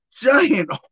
giant